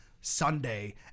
Sunday